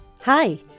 Hi